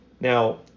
Now